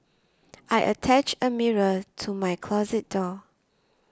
I attached a mirror to my closet door